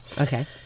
Okay